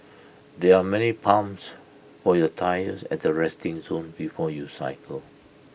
there are many pumps for your tyres at the resting zone before you cycle